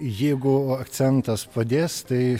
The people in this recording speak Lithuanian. jeigu akcentas padės tai